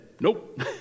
nope